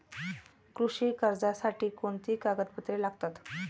कृषी कर्जासाठी कोणती कागदपत्रे लागतात?